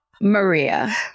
Maria